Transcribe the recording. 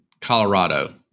Colorado